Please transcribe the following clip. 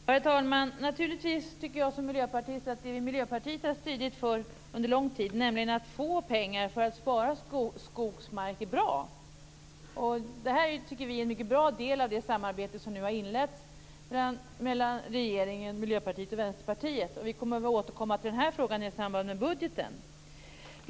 Herr talman! Naturligtvis tycker jag som miljöpartist att det som Miljöpartiet har stridit för under lång tid, nämligen att få pengar för att spara skogsmark, är bra. Vi tycker att det här är en mycket bra del av det samarbete som nu har inletts mellan regeringen, Miljöpartiet och Vänsterpartiet. Vi kommer att återkomma till den frågan i samband med budgeten.